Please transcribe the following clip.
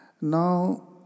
Now